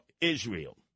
Israel